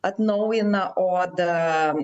atnaujina odą